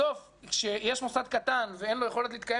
בסוף כשיש מוסד קטן ואין לו יכולת להתקיים